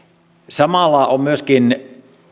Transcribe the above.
samalla on myöskin